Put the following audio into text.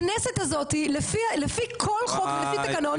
הכנסת הזאתי לפי כל חוק ולפי תקנון,